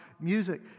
music